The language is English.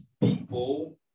people